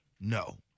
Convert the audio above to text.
no